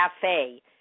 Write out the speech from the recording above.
cafe